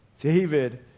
David